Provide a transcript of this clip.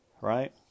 right